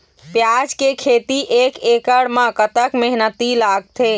प्याज के खेती एक एकड़ म कतक मेहनती लागथे?